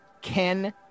Ken